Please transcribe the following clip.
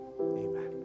Amen